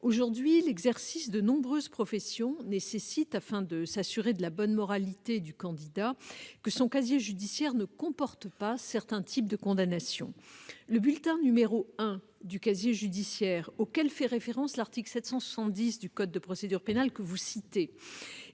Aujourd'hui, l'exercice de nombreuses professions nécessite, afin de s'assurer de la bonne moralité du candidat, que son casier judiciaire ne comporte pas certains types de condamnations. Le bulletin n° 1 du casier judiciaire, auquel fait référence l'article 770 du code de procédure pénale que vous citez